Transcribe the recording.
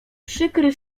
przykry